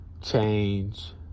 change